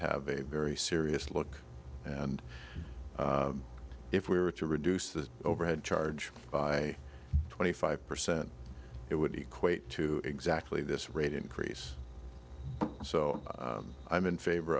have a very serious look and if we were to reduce the overhead charge by twenty five percent it would equate to exactly this rate increase so i'm in favor